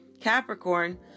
Capricorn